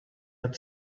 had